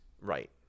Right